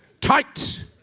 Tight